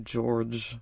George